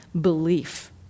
belief